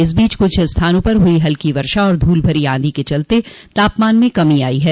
इस बीच कुछ स्थानों पर हुई हल्की वर्षा और धूलभरी आंधियों के चलते तापमान में कमी आई है